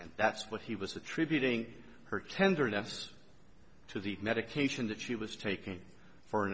and that's what he was attributing her tenderness to the medication that she was taking for